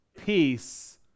peace